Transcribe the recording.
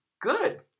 good